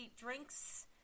drinks